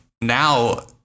now